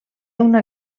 una